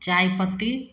चाइपत्ती